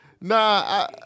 Nah